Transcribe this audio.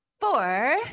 four